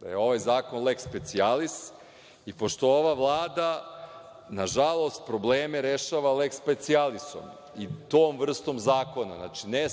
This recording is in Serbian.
da je ovaj zakon leks specijalis i pošto ova Vlada, nažalost, probleme rešava leks specijalisom i tom vrstom zakona, znači ne